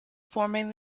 forming